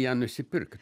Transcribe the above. ją nusipirkt